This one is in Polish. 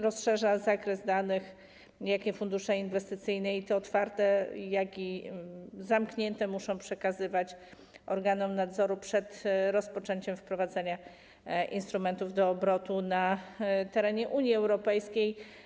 Rozszerza się zakres danych, jakie fundusze inwestycyjne - i te otwarte, i te zamknięte - muszą przekazywać organom nadzoru przed rozpoczęciem wprowadzania instrumentów do obrotu na terenie Unii Europejskiej.